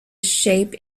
shape